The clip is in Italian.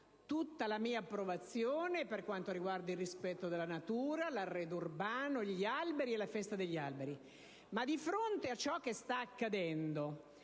tutta la mia approvazione per quanto riguarda il rispetto della natura, l'arredo urbano, gli alberi e la festa degli alberi; tuttavia, di fronte a ciò che sta accadendo